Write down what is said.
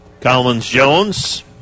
Collins-Jones